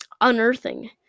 unearthing